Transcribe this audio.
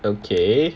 okay